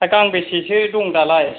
हा गांबैसेसो दं दालाय